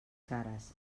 cares